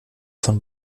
von